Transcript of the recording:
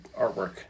artwork